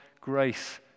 grace